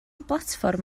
blatfform